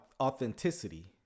authenticity